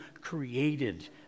created